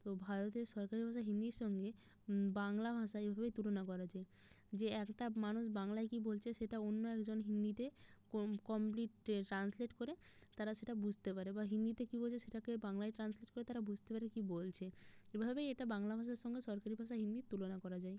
তো ভারতের সরকারি ভাষা হিন্দির সঙ্গে বাংলা ভাষা এভাবেই তুলনা করা যায় যে একটা মানুষ বাংলায় কী বলছে সেটা অন্য একজন হিন্দিতে কমপ্লিট ট্রান্সলেট করে তারা সেটা বুঝতে পারে বা হিন্দিতে কী বলছে সেটাকে বাংলায় ট্রান্সলেট করে তারা বুঝতে পারে কী বলছে এভাবেই এটা বাংলা ভাষার সঙ্গে সরকারি ভাষা হিন্দির তুলনা করা যায়